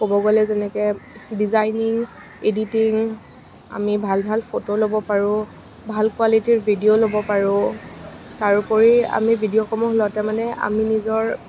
ক'ব গ'লে যেনেকৈ ডিজাইনিং এডিটিং আমি ভাল ভাল ফটো ল'ব পাৰোঁ ভাল কোৱালিটিৰ ভিডিঅ' ল'ব পাৰোঁ তাৰোপৰি আমি ভিডিঅ'সমূহ লওঁতে মানে আমি নিজৰ